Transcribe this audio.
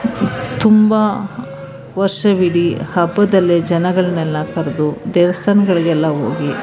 ತುಂಬ ವರ್ಷವಿಡಿ ಹಬ್ಬದಲ್ಲೇ ಜನಗಳನ್ನೆಲ್ಲ ಕರೆದು ದೇವಸ್ಥಾನಗಳಿಗೆಲ್ಲ ಹೋಗಿ